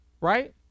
Right